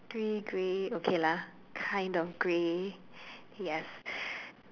three grey okay lah kind of grey yes